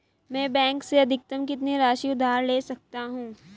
मैं बैंक से अधिकतम कितनी राशि उधार ले सकता हूँ?